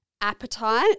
appetite